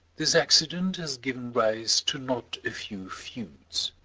this accident has given rise to not a few feuds,